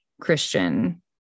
Christian